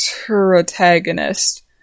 Protagonist